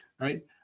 right